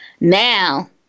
Now